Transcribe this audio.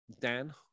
Dan